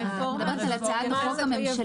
את מדברת על הצעת החוק הממשלתית?